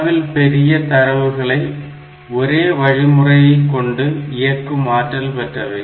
அளவில் பெரிய தரவுகளை ஒரே வழி முறையை கொண்டு இயக்கும் ஆற்றல் பெற்றவை